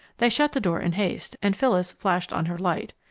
they shut the door in haste, and phyllis flashed on her light.